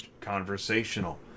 conversational